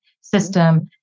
system